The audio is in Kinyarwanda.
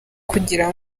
kugira